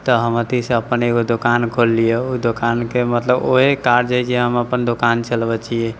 तऽ हम एतैसँ अपन एगो दोकान खोललियै ओ दोकानके मतलब ओहे कार्ज हय जे हम अपन दोकान चलबैत छियै